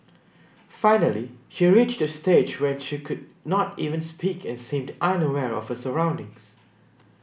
finally she reached a stage when she could not even speak and seemed unaware of her surroundings